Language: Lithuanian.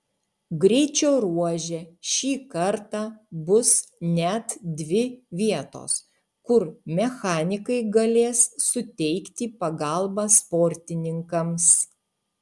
greičio ruože šį kartą bus net dvi vietos kur mechanikai galės suteikti pagalbą sportininkams